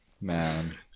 Man